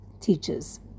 teaches